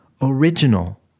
original